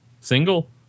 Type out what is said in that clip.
single